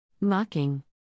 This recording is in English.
Mocking